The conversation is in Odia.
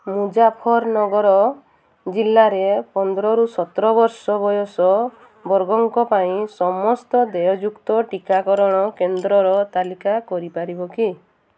ମୁଜାଫର ନଗର ଜିଲ୍ଲାରେ ପନ୍ଦର ସତର ବର୍ଷ ବୟସ ବର୍ଗଙ୍କ ପାଇଁ ସମସ୍ତ ଦେୟଯୁକ୍ତ ଟିକାକରଣ କେନ୍ଦ୍ରର ତାଲିକା କରିପାରିବ କି